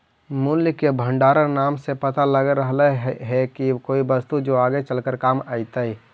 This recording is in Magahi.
मूल्य के भंडार नाम से पता लग रहलई हे की कोई वस्तु जो आगे चलकर काम अतई